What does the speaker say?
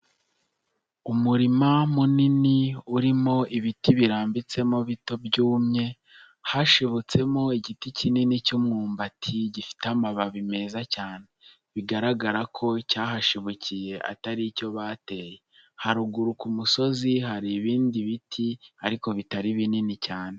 Umurima munini urimo ibiti birambitsemo bito byumye, hashibutsemo igiti kinini cy'umwumbati gifite amababi meza cyane. Bigaragara ko cyahashibukiye atari icyo bateye. Haruguru ku musozi hari ibindi biti ariko bitari binini cyane.